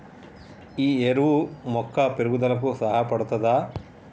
ఈ ఎరువు మొక్క పెరుగుదలకు సహాయపడుతదా?